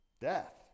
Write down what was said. Death